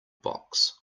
box